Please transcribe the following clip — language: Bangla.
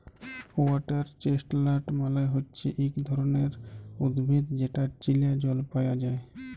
ওয়াটার চেস্টলাট মালে হচ্যে ইক ধরণের উদ্ভিদ যেটা চীলা জল পায়া যায়